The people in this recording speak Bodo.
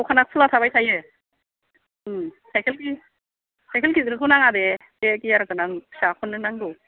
दखाना खुला थाबाय थायो साइखेल गिदिरखौ नाङा दे बे गियार गोनां फिसाखौनो नांगौ